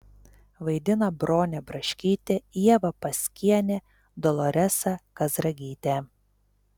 vaidina bronė braškytė ieva paskienė doloresa kazragytė